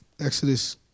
Exodus